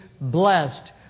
blessed